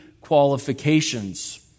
qualifications